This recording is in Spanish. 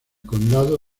condado